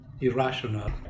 irrational